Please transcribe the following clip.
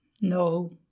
No